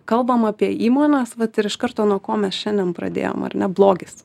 kalbam apie įmones vat ir iš karto nuo ko mes šiandien pradėjom ar ne blogis